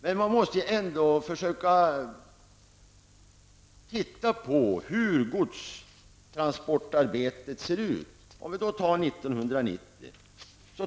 Hur såg då godstransportarbetet ut 1990?